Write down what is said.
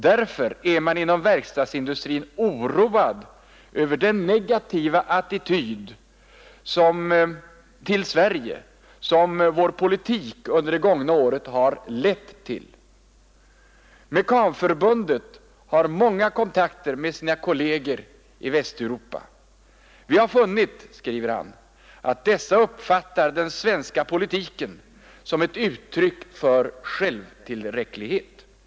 Därför är man inom verkstadsindustrin oroad över den negativa attityd till Sverige som vår politik under det gångna året har lett till. Mekanförbundet har många kontakter med sina kolleger i Västeuropa. Vi har funnit, att dessa uppfattar den svenska politiken som ett uttryck för självtillräcklighet”, skriver han.